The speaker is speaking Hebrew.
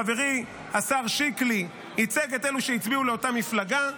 חברי השר שקלי ייצג את אלו שהצביעו לאותה מפלגה.